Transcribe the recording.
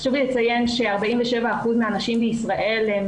חשוב לי לציין ש-47% מהנשים בישראל הן